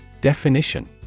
Definition